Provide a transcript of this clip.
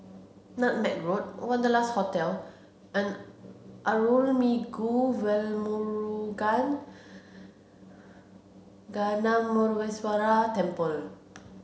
Nutmeg Road Wanderlust Hotel and Arulmigu Velmurugan Gnanamuneeswarar Temple